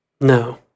No